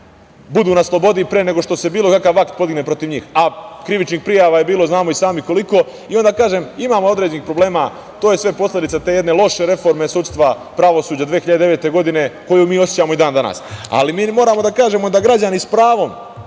budu na slobodi pre nego što se bilo kakav akt podigne protiv njih, a krivičnih prijava je bilo, znamo i sami koliko. Imamo određenih problema, to je sve posledica te jedne loše reforme sudstva, pravosuđa 2009. godine koju mi osećamo i dan danas. Mi moramo da kažemo da građani s pravom